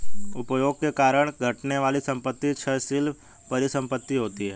उपभोग के कारण घटने वाली संपत्ति क्षयशील परिसंपत्ति होती हैं